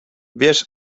wiesz